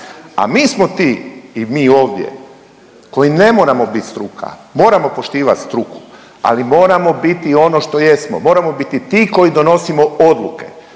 a mi smo ti i mi ovdje koji ne moramo biti struka, moramo poštivati struku, ali moramo biti ono što jesmo. Moramo biti ti koji donosimo odluke